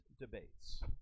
debates